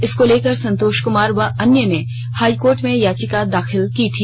इसको लेकर संतोष कुमार व अन्य ने हाई कोर्ट में याचिका दाखिल की थी